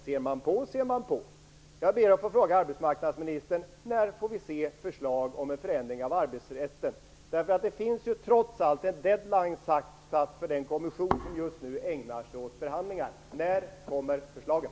Ser man på. Jag ber att få fråga arbetsmarknadsministern när vi får se förslag om en förändring av arbetsrätten. Det finns ju trots allt en deadline satt för den kommission som just nu ägnar sig åt förhandlingar. När kommer förslagen?